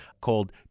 called